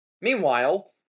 Meanwhile